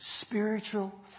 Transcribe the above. spiritual